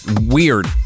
weird